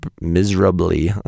miserably